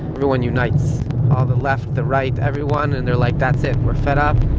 everyone unites, all the left, the right, everyone, and they're like, that's it, we're fed up.